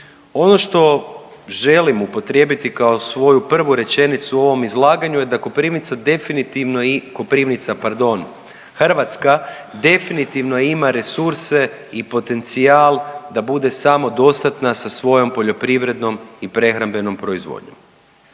Ono što želim upotrijebiti kao svoju prvu rečenicu u ovom izlaganju da Koprivnica definitivno Koprivnica pardon, Hrvatska definitivno ima resurse i potencijal da bude samodostatna sa svojom poljoprivrednom i prehrambenom proizvodnjom.